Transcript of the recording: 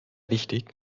wichtig